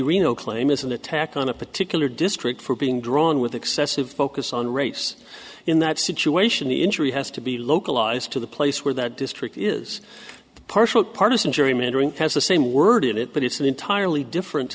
reno claim is an attack on a particular district for being drawn with excessive focus on race in that situation the injury has to be localized to the place where that district is partially partisan gerrymandering has the same word it but it's an entirely different